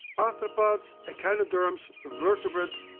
arthropods, echinoderms, vertebrates,